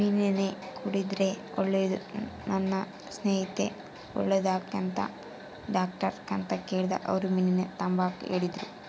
ಮೀನೆಣ್ಣೆ ಕುಡುದ್ರೆ ಒಳ್ಳೇದು, ನನ್ ಸ್ನೇಹಿತೆ ತೆಳ್ಳುಗಾಗ್ಬೇಕಂತ ಡಾಕ್ಟರ್ತಾಕ ಕೇಳ್ದಾಗ ಅವ್ರು ಮೀನೆಣ್ಣೆ ತಾಂಬಾಕ ಹೇಳಿದ್ರು